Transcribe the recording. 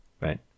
right